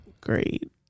Great